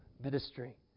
ministry